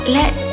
let